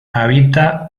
habita